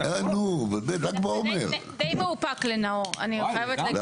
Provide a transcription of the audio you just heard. דברים שיכולים לחזור על עצמם או חריגה אחרת,